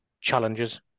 challenges